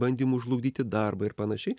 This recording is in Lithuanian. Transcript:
bandymų žlugdyti darbą ir panašiai